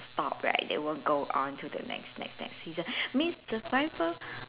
stop right it will go on to the next next next season means survivor